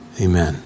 Amen